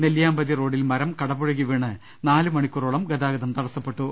നെല്ലിയാമ്പതി റോഡിൽ മരം കടപുഴകി വീണ് നാലു മണിക്കു റോളം ഗതാഗതം തടസ്സപ്പെട്ടു